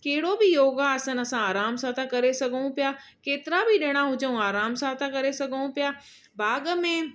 कहिड़ो बि योगा आसन असां आराम सां था करे सघूं पिया केतरा बि ॼणा हुजूं आराम सां था करे सघूं पिया बाग़ में